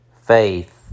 Faith